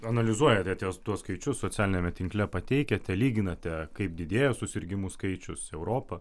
analizuojate ties tuo skaičius socialiniame tinkle pateikiate lyginate kaip didėja susirgimų skaičius europa